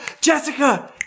Jessica